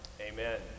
Amen